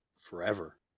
forever